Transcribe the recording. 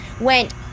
went